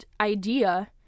idea